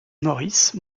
maurice